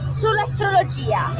sull'astrologia